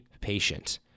patient